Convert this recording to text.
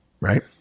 Right